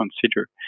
consider